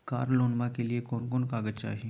कार लोनमा के लिय कौन कौन कागज चाही?